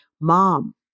Mom